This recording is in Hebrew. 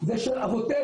זה של אבותינו,